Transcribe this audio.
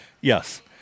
Yes